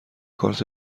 کارت